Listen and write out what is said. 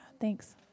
thanks